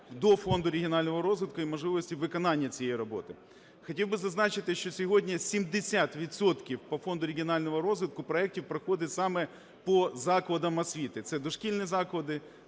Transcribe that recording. до фонду регіонального розвиту і можливості виконання цієї роботи. Хотів би зазначити, що сьогодні 70 відсотків по фонду регіонального розвиту проектів проходить саме по закладах освіти. Це дошкільні заклади,